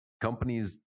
Companies